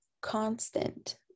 constant